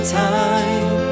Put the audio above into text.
time